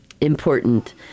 important